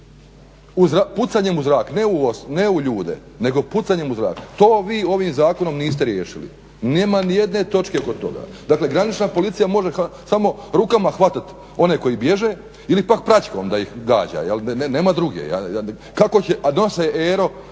pucanjem u zrak, ne u ljude, nego pucanjem u zrak. To vi ovim zakonom niste riješili. Nema ni jedne točke oko toga. Dakle, granična policija može samo rukama hvatati one koji bježe ili pak praćkom da ih gađa. Nema druge. Kako će, a nose ero